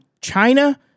China